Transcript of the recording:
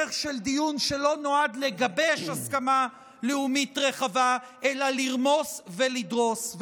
בדרך של דיון שלא נועד לגבש הסכמה לאומית רחבה אלא לרמוס ולדרוס.